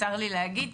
צר לי להגיד,